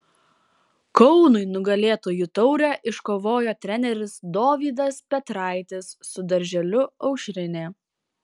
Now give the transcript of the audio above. kaunui nugalėtojų taurę iškovojo treneris dovydas petraitis su darželiu aušrinė